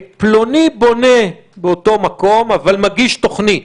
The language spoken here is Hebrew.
פלוני בונה באותו מקום אבל מגיש תוכנית,